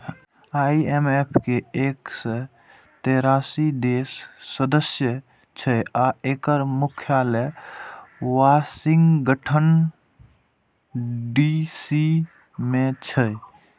IMF के एक सय तेरासी देश सदस्य छै आ एकर मुख्यालय वाशिंगटन डी.सी मे छै